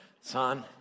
Son